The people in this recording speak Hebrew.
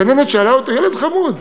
הגננת שאלה אותו: ילד חמוד,